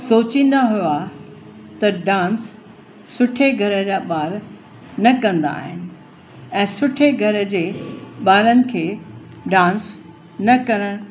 सोचींदा हुआ त डांस सुठे घर जा ॿार न कंदा आहिनि ऐं सुठे घर जे ॿारनि खे डांस न करण